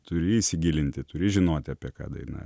turi įsigilinti turi žinoti apie ką daina